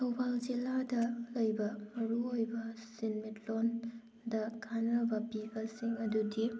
ꯊꯧꯕꯥꯜ ꯖꯤꯂꯥꯗ ꯂꯩꯕ ꯃꯔꯨꯑꯣꯏꯕ ꯁꯦꯟꯃꯤꯠꯂꯣꯟ ꯗ ꯀꯥꯟꯅꯕ ꯄꯤꯕꯁꯤꯡ ꯑꯗꯨꯗꯤ